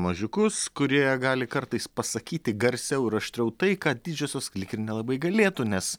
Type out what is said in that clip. mažiukus kurie gali kartais pasakyti garsiau ir aštriau tai ką didžiosios lyg ir nelabai galėtų nes